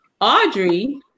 Audrey